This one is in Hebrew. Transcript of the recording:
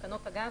תקנות הגז,